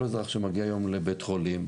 כל אזרח שמגיע היום לבית חולים,